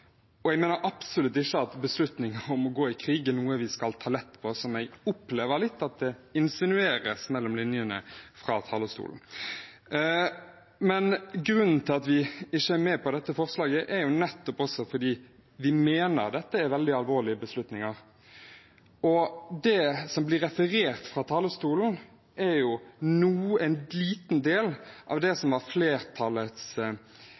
Jeg mener absolutt ikke at beslutninger om å gå i krig er noe vi skal ta lett på, noe jeg opplever at insinueres litt mellom linjene fra talerstolen. Grunnen til at vi ikke er med på disse forslagene, er nettopp at vi mener dette er veldig alvorlige beslutninger. Det som blir referert fra talerstolen, er en liten del av det